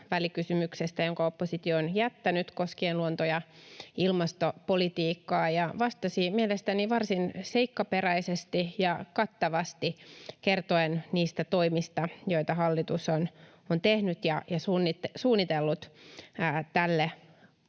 välikysymyksestä, jonka oppositio on jättänyt koskien luonto- ja ilmastopolitiikkaa, ja vastasi mielestäni varsin seikkaperäisesti ja kattavasti kertoen niistä toimista, joita hallitus on tehnyt ja suunnitellut tälle